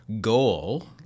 goal